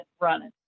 running